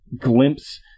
glimpse